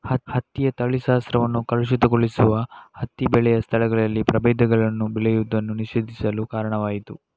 ಹತ್ತಿಯ ತಳಿಶಾಸ್ತ್ರವನ್ನು ಕಲುಷಿತಗೊಳಿಸುವ ಹತ್ತಿ ಬೆಳೆಯ ಸ್ಥಳಗಳಲ್ಲಿ ಪ್ರಭೇದಗಳನ್ನು ಬೆಳೆಯುವುದನ್ನು ನಿಷೇಧಿಸಲು ಕಾರಣವಾಯಿತು